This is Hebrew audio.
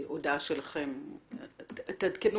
להודעה שלכם בנציבות שירות המדינה אנא עדכנו